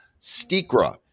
Stikra